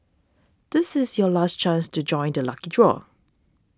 this is your last chance to join the lucky draw